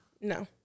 No